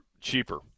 cheaper